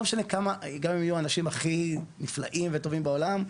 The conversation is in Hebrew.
גם אם יהיו האנשים הכי נפלאים וטובים בעולם,